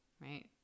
Right